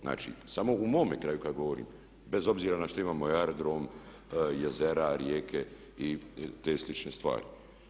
Znači samo u mome kraju kad govorim, bez obzira što imamo i aerodrom, jezera, rijeke i te slične stvari.